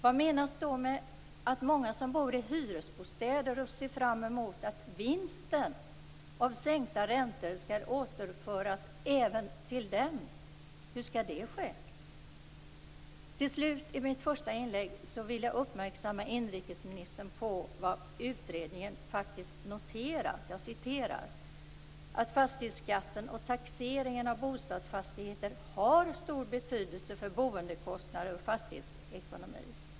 Vad menas med att många som bor i hyresbostäder ser fram mot att vinsten av räntesänkningen skall återföras även till dem? Hur skall det ske? Jag vill också uppmärksamma inrikesministern på vad utredningen faktiskt har noterat, nämligen att fastighetsskatten och taxeringen av bostadsfastigheter har stor betydelse för boendekostnader och fastighetsekonomi.